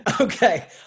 Okay